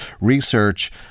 research